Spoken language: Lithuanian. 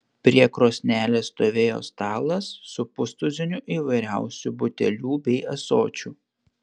prie krosnelės stovėjo stalas su pustuziniu įvairiausių butelių bei ąsočių